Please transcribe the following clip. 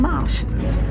Martians